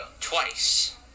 Twice